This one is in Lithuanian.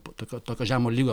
po tokio tokio žemo lygio